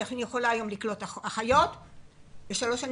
אני יכולה לקלוט אחיות היום לשלוש שנים.